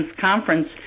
conference